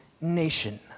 nation